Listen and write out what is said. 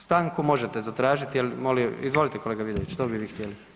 Stanku možete zatražiti ali, izvolite kolega Vidović, što bi vi htjeli?